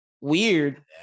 Weird